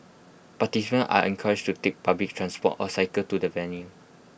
participants are encouraged to take public transport or cycle to the venue